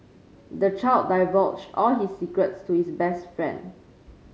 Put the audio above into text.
the child divulged all his secrets to his best friend